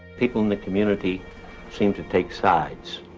people in the community seemed to take sides.